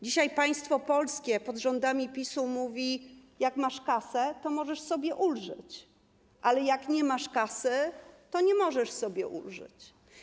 Dzisiaj państwo polskie pod rządami PiS-u mówi: jak masz kasę, to możesz sobie ulżyć, ale jak nie masz kasy, to nie możesz sobie ulżyć.